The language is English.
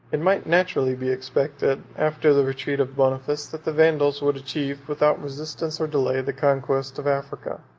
it might naturally be expected, after the retreat of boniface, that the vandals would achieve, without resistance or delay, the conquest of africa.